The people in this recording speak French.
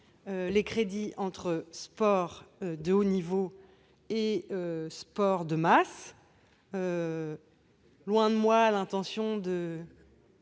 les crédits entre sport de haut niveau et sport de masse. Loin de moi l'intention